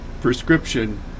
prescription